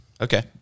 Okay